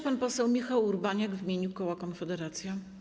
Pan poseł Michał Urbaniak w imieniu koła Konfederacja.